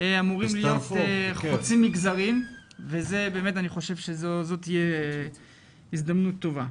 אמורים להיות חוצי מגזרים ואני באמת חושב שזאת תהיה הזדמנות טובה.